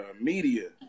media